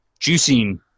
juicing